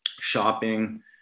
Shopping